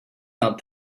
not